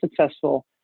successful